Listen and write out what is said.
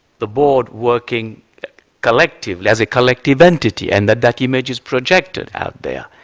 the board working collective, as a collective entity and that that image is projected out there.